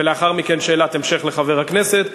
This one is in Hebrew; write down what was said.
ולאחר מכן שאלת המשך לחבר הכנסת.